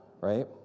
right